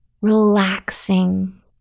Relaxing